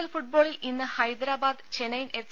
L ഫുട്ബോളിൽ ഇന്ന് Hyderabad Chennaiyin F